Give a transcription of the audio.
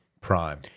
prime